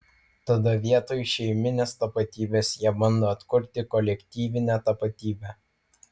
tada vietoj šeiminės tapatybės jie bando atkurti kolektyvinę tapatybę